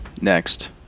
Next